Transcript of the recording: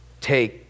take